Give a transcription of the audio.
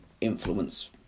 influence